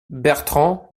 bertrand